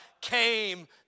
came